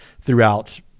throughout